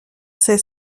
sait